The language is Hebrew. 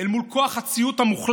אל מול כוח הציות המוחלט